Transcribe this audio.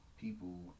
people